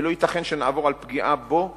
ולא ייתכן שנעבור על פגיעה בו לסדר-היום.